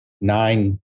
nine